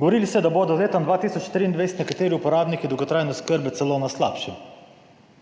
Govorili ste, da bodo z letom 2023 nekateri uporabniki dolgotrajne oskrbe celo na slabšem.